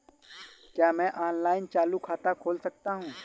क्या मैं ऑनलाइन चालू खाता खोल सकता हूँ?